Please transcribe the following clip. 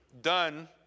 done